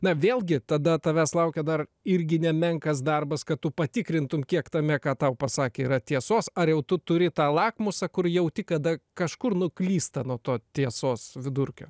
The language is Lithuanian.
na vėlgi tada tavęs laukia dar irgi nemenkas darbas kad tu patikrintum kiek tame ką tau pasakė yra tiesos ar jau tu turi tą lakmusą kur jauti kada kažkur nuklysta nuo to tiesos vidurkio